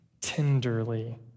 tenderly